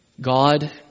God